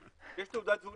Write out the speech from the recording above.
יש תעודת זהות